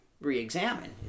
re-examine